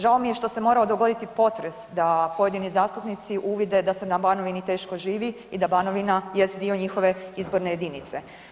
Žao mi je što se morao dogoditi potres da pojedini zastupnici uvide da se na Banovini teško živi i da Banovina jest dio njihove izborne jedinice.